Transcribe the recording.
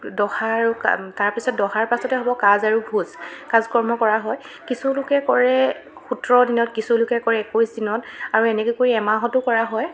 দহা আৰু কাম তাৰপিছত দহাৰ পাছতে হ'ব কাজ আৰু ভোজ কাজ কৰ্ম কৰা হয় কিছুলোকে কৰে সোতৰ দিনত কিছুলোকে কৰে একৈছ দিনত আৰু এনেকৈ কৰি এমাহতো কৰা হয়